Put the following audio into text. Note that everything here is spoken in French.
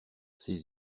ses